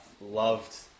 loved